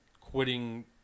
quitting